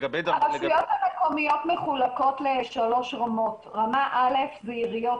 הרשויות המקומיות מחולקות לשלוש רמות: רמה א' זה עיריות